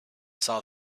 saw